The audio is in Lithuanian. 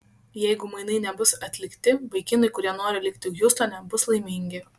jeigu mainai nebus atlikti vaikinai kurie nori likti hjustone bus laimingi